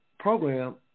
program